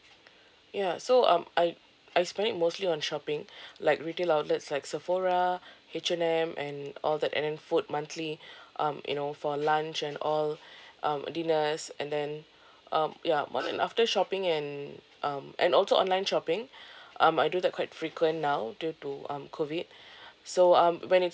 ya so um I I spend it mostly on shopping like retail outlets like sephora H&M and all that and then food monthly um you know for lunch and all um dinners and then um ya more than often shopping and um and also online shopping um I do that quite frequent now due to um COVID so um when it's